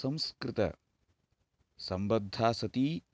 संस्कृतसम्बद्धा सती